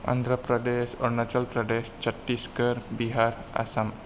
Andhra Pradesh Arunachal Pradesh Chhattisgarh Bihar Assam